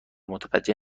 متوجه